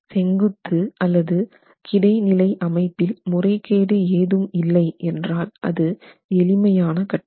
செங்குத்து அல்லது கிடைநிலை அமைப்பில் முறைகேடு ஏதும் இல்லை என்றால் அது எளிமையான கட்டிடம்